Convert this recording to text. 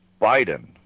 Biden